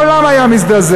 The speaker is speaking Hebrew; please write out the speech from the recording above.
העולם היה מזדעזע.